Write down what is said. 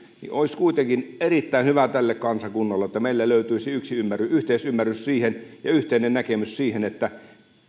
niin olisi kuitenkin erittäin hyvä tälle kansakunnalle että meillä löytyisi yhteisymmärrys yhteisymmärrys ja yhteinen näkemys siihen että